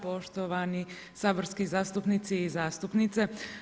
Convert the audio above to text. Poštovani saborski zastupnici i zastupnice.